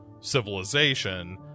civilization